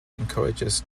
encourages